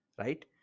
Right